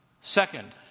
second